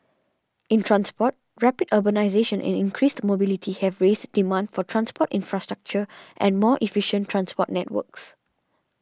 in transport rapid urbanisation and increased mobility have raised demand for transport infrastructure and more efficient transport networks